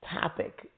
topic